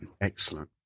Excellent